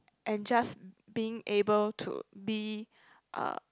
and just being able to be uh